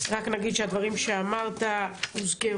רק נגיד שהדברים שאמרת הוזכרו.